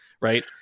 right